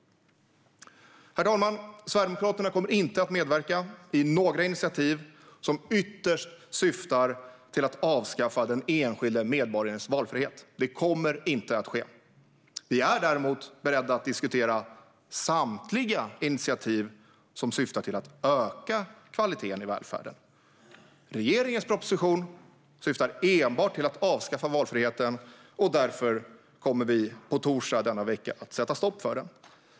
Herr talman! Sverigedemokraterna kommer inte att medverka till några initiativ som ytterst syftar till att avskaffa den enskilde medborgarens valfrihet. Det kommer inte att ske. Vi är däremot beredda att diskutera samtliga initiativ som syftar till att öka kvaliteten i välfärden. Regeringens proposition syftar enbart till att avskaffa valfriheten. Därför kommer vi på torsdag denna vecka att sätta stopp för den.